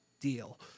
deal